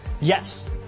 Yes